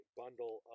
bundle